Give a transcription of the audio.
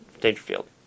Dangerfield